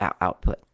output